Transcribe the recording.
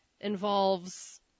involves